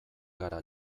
gara